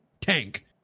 tank